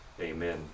Amen